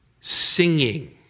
singing